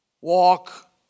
walk